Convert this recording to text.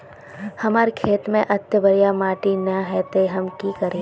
हमर खेत में अत्ते बढ़िया माटी ने है ते हम की करिए?